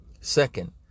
Second